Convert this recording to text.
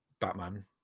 Batman